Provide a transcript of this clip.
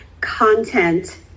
content